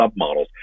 submodels